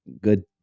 good